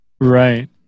Right